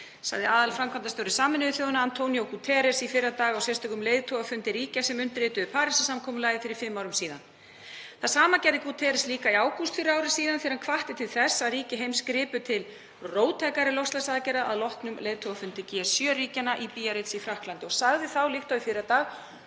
sagði aðalframkvæmdastjóri Sameinuðu þjóðanna, Antonio Guterres, í fyrradag, á sérstökum leiðtogafundi ríkja sem undirrituðu Parísarsamkomulagið fyrir fimm árum. Það sama gerði Guterres líka í ágúst í fyrra þegar hann hvatti til þess að ríki heims gripu til róttækari loftslagsaðgerða að loknum leiðtogafundi G7-ríkjanna í Biarritz í Frakklandi og sagði þá líkt og í fyrradag